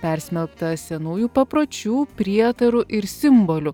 persmelktą senųjų papročių prietarų ir simbolių